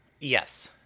Yes